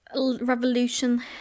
revolution